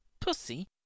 pussy